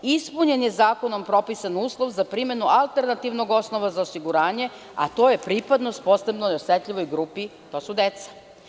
Ispunjen je zakonom propisan uslov za primenu alternativnog osnova za osiguranje, a to je pripadnost posebno osetljivoj grupi, a to su deca.